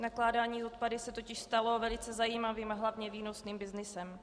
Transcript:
Nakládání s odpady se totiž stalo velice zajímavým, hlavně výnosným byznysem.